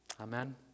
Amen